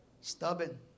stubborn